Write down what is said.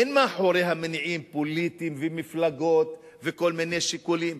אין מאחוריה מניעים פוליטיים ומפלגות וכל מיני שיקולים.